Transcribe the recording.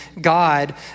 God